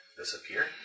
disappear